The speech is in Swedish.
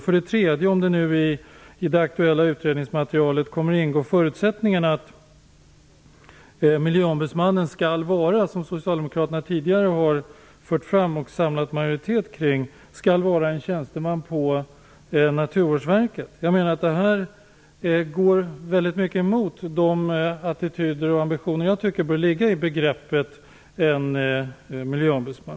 För det tredje: Kommer det i det aktuella utredningsmaterialet att ingå förutsättningar för att miljöombudsmannen - som socialdemokraterna tidigare har fört fram och samlat majoritet kring - skall vara en tjänsteman på Naturvårdsverket? Jag menar att detta går mycket emot de attityder och ambitioner som jag tycker bör ligga i begreppet miljöombudsman.